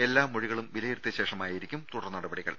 എല്ലാ മൊഴികളും വിലയിരുത്തിയ ശേഷമായിരിക്കും തുടർ നടപടികൾ